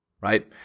right